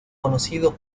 conocidos